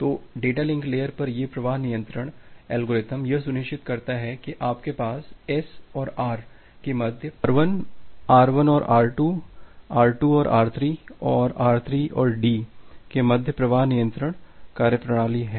तो data link layer पर ये प्रवाह नियंत्रण एल्गोरिथ्म यह सुनिश्चित करता है कि आपके पास एस और आर के मध्य आर 1 आर 1 और आर 2 आर 2 और आर 3 और आर 3 और डी के मध्य प्रवाह नियंत्रण कार्यप्रणाली है